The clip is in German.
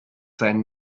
seinen